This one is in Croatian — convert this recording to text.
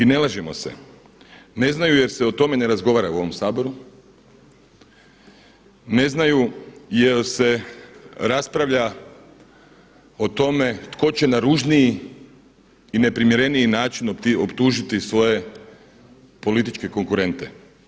I ne lažimo se, ne znaju jer se o tome ne razgovara u ovome Saboru, ne znaju jer se raspravlja o tome tko će na ružniji i neprimjereniji način optužiti svoje političke konkurente.